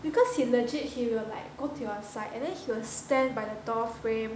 because he legit he will like go to your side and then he will stand by the door frame